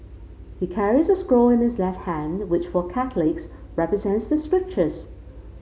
he carries a scroll in his left hand which for Catholics represents the scriptures